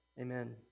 Amen